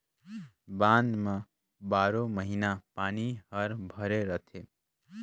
बांध म बारो महिना पानी हर भरे रथे